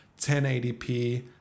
1080p